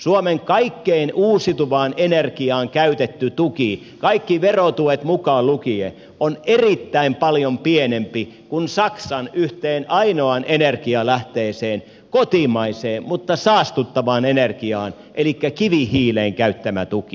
suomen kaikkeen uusiutuvaan energiaan käytetty tuki kaikki verotuet mukaan lukien on erittäin paljon pienempi kuin saksan yhteen ainoaan energialähteeseen kotimaiseen mutta saastuttavaan energiaan elikkä kivihiileen käyttämä tuki